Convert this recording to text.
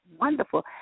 wonderful